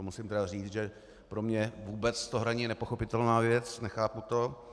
Musím říct, že pro mě je hraní nepochopitelná věc, nechápu to.